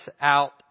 out